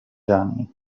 johnny